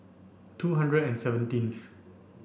two hundred and seventeenth